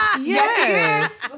Yes